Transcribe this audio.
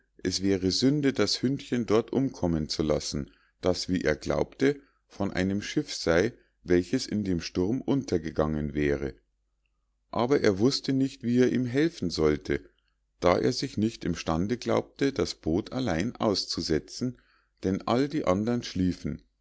es wäre sünde das hündchen dort umkommen zu lassen das wie er glaubte von einem schiff sei welches in dem sturm untergegangen wäre aber er wußte nicht wie er ihm helfen sollte da er sich nicht im stande glaubte das boot allein auszusetzen denn alle die andern schliefen